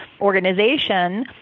organization